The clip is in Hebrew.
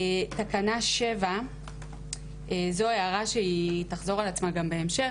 תקנה 7. זו הערה שתחזור על עצמה גם בהמשך,